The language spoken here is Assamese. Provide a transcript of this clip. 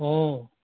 অ